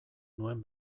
nuen